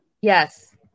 Yes